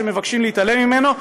שמבקשים להתעלם ממנו,